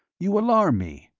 you alarm me.